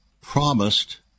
promised